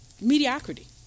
mediocrity